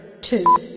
two